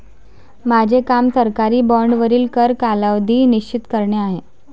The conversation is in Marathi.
माझे काम सरकारी बाँडवरील कर कालावधी निश्चित करणे आहे